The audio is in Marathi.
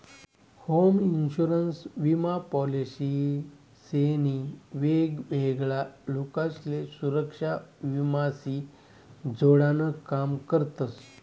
होम इन्शुरन्स विमा पॉलिसी शे नी वेगवेगळा लोकसले सुरेक्षा विमा शी जोडान काम करतस